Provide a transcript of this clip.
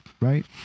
Right